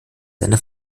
seine